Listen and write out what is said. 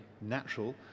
natural